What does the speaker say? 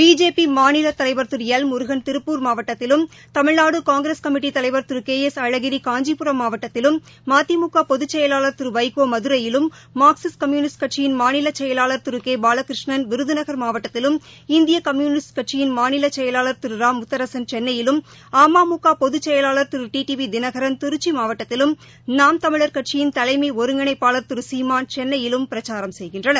பிஜேபிமாநிலதலைவர் திருஎல் முருகள் திருப்பூர் மாவட்டத்திலும் தமிழ்நாடுகாங்கிரஸ் கமிட்டிதலைவர் திருகே எஸ் அழகிரிகாஞ்சிபுரம் மாவட்டத்திலும் மதிமுகபொதுச்செயலாளர் திருவைகோமதுரையிலும் மார்க்சிஸ்ட் கம்யுனிஸ்ட் கட்சியின் மாநிலசெயலாளர் திருகேபாலகிருஷ்ணன் விருதுநகர் மாவட்டத்திலும் இந்தியகம்யுனிஸ்ட் கட்சியின் மாநிலசெயலாளர் திரு இரா முத்தரசன் சென்னையிலும் அமமுகபொதுச்செயலாளர் திரு டி டிவிதினகரன் திருச்சிமாவட்டத்திலும் நாம் தமிழர் கட்சியின் தலைமைஒருங்கிணைப்பாளர் திருசீமான் சென்னையிலும் பிரச்சாரம் செய்கின்றனர்